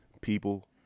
people